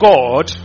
God